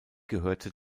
gehörte